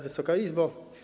Wysoka Izbo!